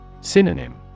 Synonym